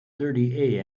thirty